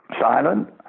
silent